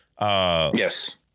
Yes